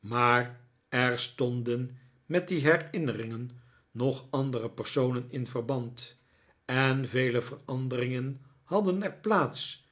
maar er stonden met die herinneringen nog andere personen in verband en vele veranderingen hadden er plaats